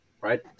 right